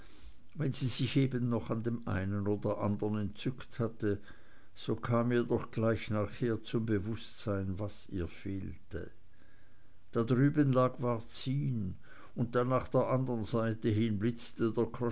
wenn sie sich eben noch an dem einen oder andern entzückt hatte so kam ihr doch gleich nachher zum bewußtsein was ihr fehlte da drüben lag varzin und da nach der anderen seite hin blitzte